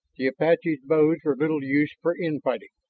the apaches' bows were little use for infighting,